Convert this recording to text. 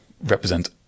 represent